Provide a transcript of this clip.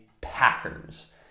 Packers